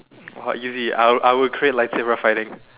oh easy I will I'll create light saber fighting